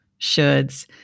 shoulds